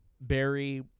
barry